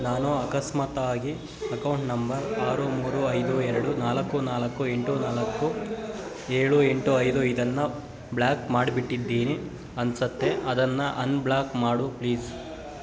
ನಾನು ಅಕಸ್ಮಾತಾಗಿ account number ಆರು ಮೂರು ಐದು ಎರಡು ನಾಲ್ಕು ನಾಲ್ಕು ಎಂಟು ನಾಲ್ಕು ಏಳು ಎಂಟು ಐದು ಇದನ್ನ ಬ್ಲಾಕ್ ಮಾಡ್ಬಿಟ್ಟಿದ್ದೀನಿ ಅನ್ಸುತ್ತೆ ಅದನ್ನು ಅನ್ಬ್ಲಾಕ್ ಮಾಡು ಪ್ಲೀಸ್